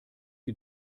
sie